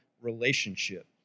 relationship